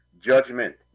judgment